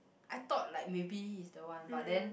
I thought like maybe he's the one but then